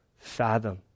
Fathom